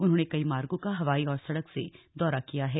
उन्होंने कई मार्गों का हवाई और सड़क से दौरा किया है